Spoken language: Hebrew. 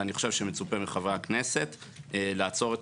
ואני חושב שמצופה מחברי הכנסת לעצור את